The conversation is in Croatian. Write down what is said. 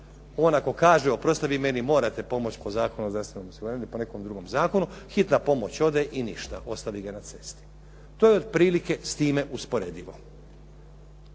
On ako kaže oprostite vi meni morate pomoći po Zakonu o zdravstvenom osiguranju ili po nekom drugom zakonu, hitna pomoć ode i ništa. Ostavi ga na cesti. To je otprilike s time usporedivo.